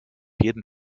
jeden